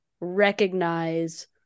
recognize